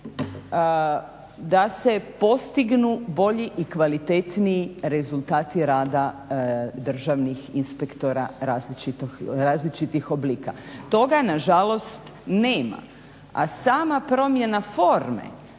da se postignu bolji i kvalitetniji rada državnih inspektorata različitih oblika. Toga nažalost nema. A sama promjena forme